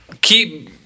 Keep